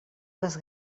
les